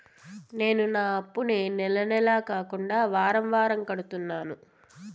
నేను నా అప్పుని నెల నెల కాకుండా వారం వారం కడుతున్నాను